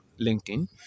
LinkedIn